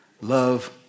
Love